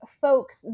folks